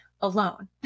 alone